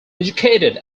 educated